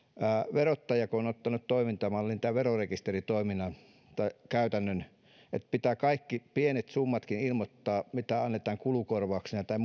verottaja kun on ottanut toimintamallin tämän verorekisteritoiminnan käytännön että pitää kaikki pienetkin summat ilmoittaa mitä annetaan kulukorvauksina tai